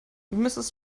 mrs